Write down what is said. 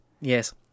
Yes